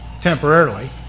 Temporarily